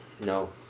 No